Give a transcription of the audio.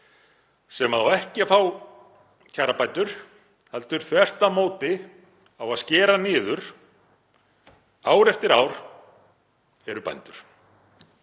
sem á ekki að fá kjarabætur heldur þvert á móti á að skera niður ár eftir ár eru bændur.